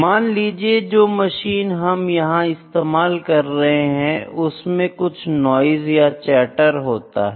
मान लीजिए जो मशीन हम यहां इस्तेमाल कर रहे हैं उसमें कुछ नॉइस या चैटर होता है